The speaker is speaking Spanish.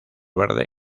verde